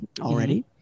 already